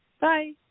Bye